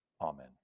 Amen